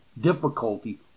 difficulty